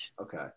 okay